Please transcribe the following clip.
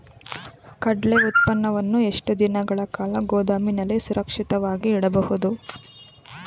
ಕಡ್ಲೆ ಉತ್ಪನ್ನವನ್ನು ಎಷ್ಟು ದಿನಗಳ ಕಾಲ ಗೋದಾಮಿನಲ್ಲಿ ಸುರಕ್ಷಿತವಾಗಿ ಇಡಬಹುದು?